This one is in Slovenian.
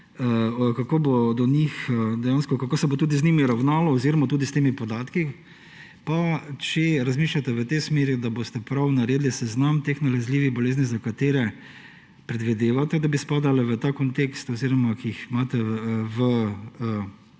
kako se bo tudi z njimi ravnalo oziroma s temi podatki. Pa če razmišljate v tej smeri, da boste prav naredili seznam teh nalezljivih bolezni, za katere predvidevate, da bi spadale v ta kontekst oziroma ki jih imate